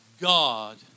God